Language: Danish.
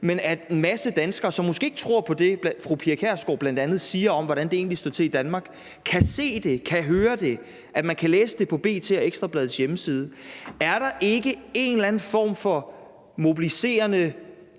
men at en masse danskere, som måske ikke tror på det, som fru Pia Kjærsgaard bl.a. siger om, hvordan det egentlig står til i Danmark, kan se det og kan høre det, og at man kan læse det på B.T.'s og Ekstra Bladets hjemmeside? Har det ikke en eller anden form for mobiliserende